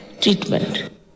treatment